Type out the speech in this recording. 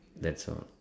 that's all